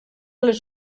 les